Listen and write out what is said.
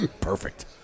Perfect